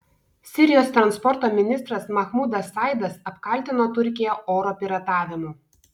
sirijos transporto ministras mahmudas saidas apkaltino turkiją oro piratavimu